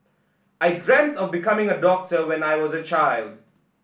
I dreamt of becoming a doctor when I was a child